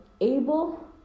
able